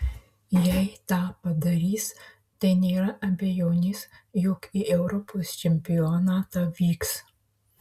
jei tą padarys tai nėra abejonės jog į europos čempionatą vyks